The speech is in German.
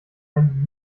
ein